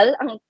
ang